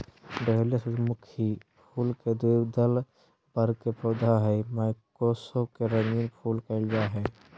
dahlia सूर्यमुखी फुल के द्विदल वर्ग के पौधा हई मैक्सिको के रंगीन फूल कहल जा हई